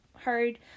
hard